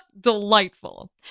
delightful